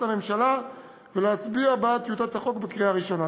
הממשלה ולהצביע בעד טיוטת החוק בקריאה הראשונה.